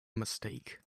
mistake